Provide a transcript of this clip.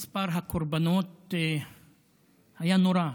מספר הקורבנות היה נורא,